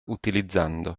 utilizzando